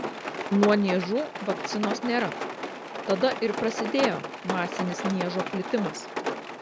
nuo niežų vakcinos nėra tada ir prasidėjo masinis niežo plitimas